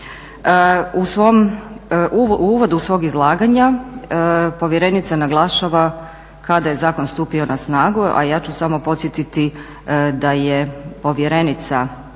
U uvodu svog izlaganja povjerenica naglašava kada je zakon stupio na snagu, a ja ću samo podsjetiti da je povjerenica